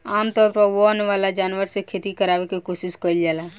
आमतौर पर वन वाला जानवर से खेती करावे के कोशिस कईल जाला